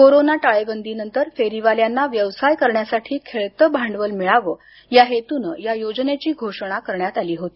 corona टाळेबंदी नंतर फेरीवाल्यांना व्यवसाय करण्यासाठी खेळतं भांडवल मिळावं या हेतून या योजनेची घोषणा करण्यात आली होती